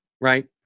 right